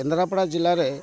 କେନ୍ଦ୍ରାପଡ଼ା ଜିଲ୍ଲାରେ